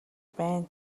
байна